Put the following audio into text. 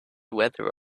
weather